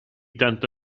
tanto